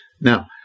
Now